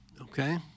Okay